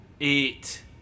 Eight